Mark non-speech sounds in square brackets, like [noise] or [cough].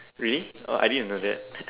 really oh I didn't know that [laughs]